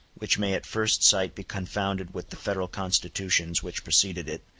which may at first sight be confounded with the federal constitutions which preceded it,